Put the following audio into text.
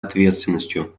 ответственностью